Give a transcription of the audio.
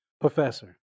Professor